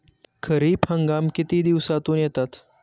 खरीप हंगाम किती दिवसातून येतात?